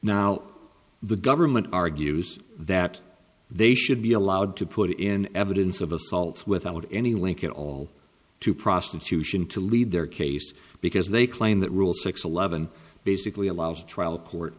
now the government argues that they should be allowed to put in evidence of assaults without any link at all to prostitution to lead their case because they claim that rule six eleven basically allows a trial court